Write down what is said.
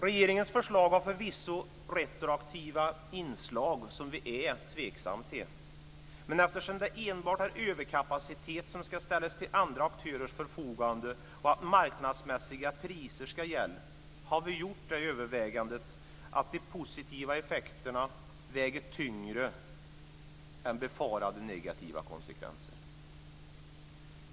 Regeringens förslag har förvisso retroaktiva inslag som vi är tveksamma till, men eftersom det enbart är överkapacitet som ska ställas till andra aktörers förfogande och marknadsmässiga priser ska gälla har vi gjort det övervägandet att de positiva effekterna väger tyngre än befarade negativa konsekvenser.